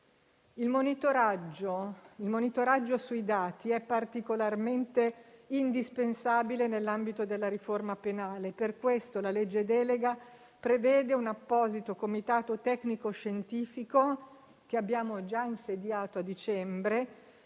Il monitoraggio sui dati è particolarmente indispensabile nell'ambito della riforma penale e per questo la legge delega prevede un apposito comitato tecnico-scientifico, che abbiamo già insediato a dicembre,